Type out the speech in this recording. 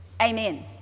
amen